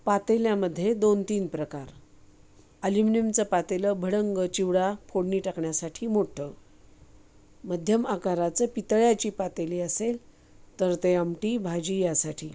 पातेल्यामध्ये दोन तीन प्रकार अल्युमिनियमचं पातेलं भडंग चिवडा फोडणी टाकण्यासाठी मोठं मध्यम आकाराचं पितळ्याची पातेली असेल तर ते आमटी भाजी यासाठी